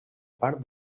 part